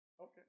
Okay